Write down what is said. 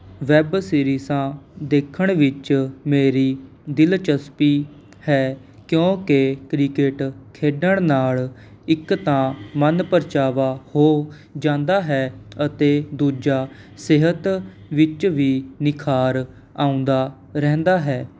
web ਸੀਰੀਸਾਂ ਦੇਖਣ ਵਿੱਚ ਮੇਰੀ ਦਿਲਚਸਪੀ ਹੈ ਕਿਉਂਕਿ ਕ੍ਰਿਕਟ ਖੇਡਣ ਨਾਲ਼ ਇੱਕ ਤਾਂ ਮਨਪ੍ਰਚਾਵਾ ਹੋ ਜਾਂਦਾ ਹੈ ਅਤੇ ਦੂਜਾ ਸਿਹਤ ਵਿੱਚ ਵੀ ਨਿਖਾਰ ਆਉਂਦਾ ਰਹਿੰਦਾ ਹੈ